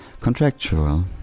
contractual